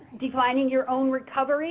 defining your own recovery